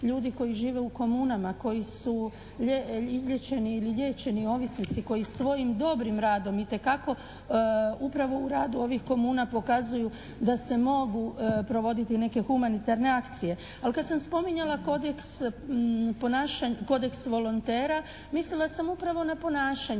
ljudi koji žive u komunama, koji su izliječeni ili liječeni ovisnici, koji svojim dobrim radom itekako upravo u radu ovih komuna pokazuju da se mogu provoditi neke humanitarne akcije. Ali kada sam spominjala kodeks ponašanja, kodeks volontera mislila sam upravo na ponašanje.